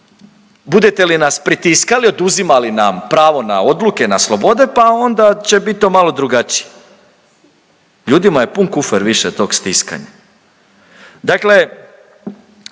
budete li nas pritiskali, oduzimali nam pravo na odluke, na slobode pa onda će bit to malo drugačije. Ljudima je pun kufer više tog stiskanja. Dakle